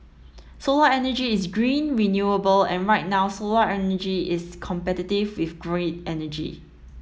solar energy is green renewable and right now solar energy is competitive with grid energy